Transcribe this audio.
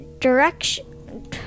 direction